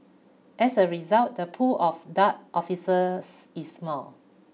as a result the pool of dart officers is small